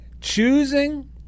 choosing